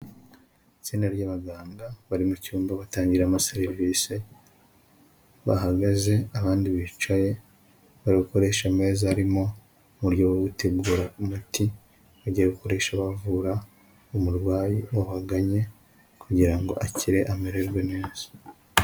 Itsinda ry'abaganga bari mu cyumba batangiramo serivisi bahagaze, abandi bicaye babikoreshe imeza harimo uburyo bwo gutegura umuti bagiye gukoresha abavura umurwayi wabaganye kugira ngo akire amererwe neza.